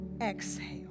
exhale